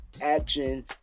action